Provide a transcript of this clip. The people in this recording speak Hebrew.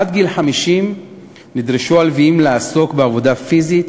עד גיל 50 נדרשו הלוויים לעסוק בעבודה פיזית